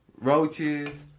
roaches